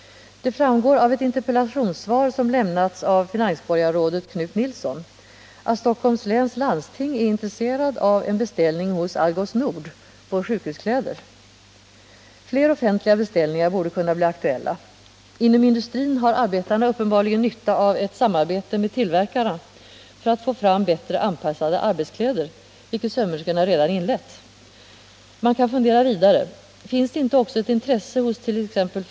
Det framgår av ett interpellationssvar, som lämnats av finansborgarrådet Knut Nilsson, att Stockholms läns landsting är intresserat av en beställning hos Algots Nord på sjukhuskläder. Fler offentliga beställningar borde kunna bli aktuella. Inom industrin har arbetarna uppenbarligen nytta av ett samarbete med tillverkarna för att få fram bättre anpassade arbetskläder, vilket sömmerskorna redan inlett. Man kan fundera vidare: Finns det inte också ett intresse host.ex.